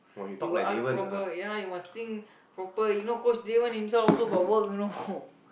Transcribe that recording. you ask proper ya you must think proper you know coach Javon himself also got work you know